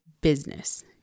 business